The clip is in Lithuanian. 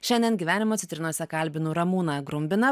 šiandien gyvenimą citrinose kalbinu ramūną grumbiną